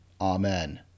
Amen